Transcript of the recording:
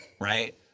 right